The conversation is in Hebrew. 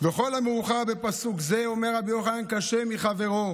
וכל המאוחר בפסוק זה, אומר רבי יוחנן, קשה מחברו: